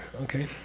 okay?